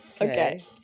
Okay